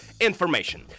information